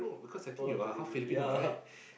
oh Jollibee ya